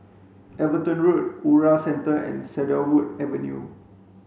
Everton Road Ura Centre and Cedarwood Avenue